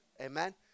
amen